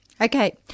Okay